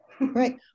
Right